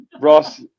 ross